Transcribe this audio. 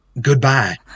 goodbye